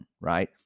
right